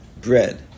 bread